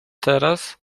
teraz